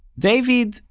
david?